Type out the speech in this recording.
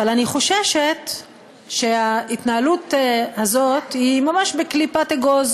אבל אני חוששת שההתנהלות הזאת היא ממש בקליפת אגוז,